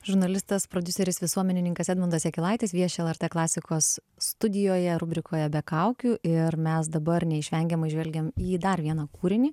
žurnalistas prodiuseris visuomenininkas edmundas jakilaitis vieši lrt klasikos studijoje rubrikoje be kaukių ir mes dabar neišvengiamai žvelgiam į jį dar vieną kūrinį